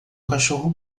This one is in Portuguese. cachorro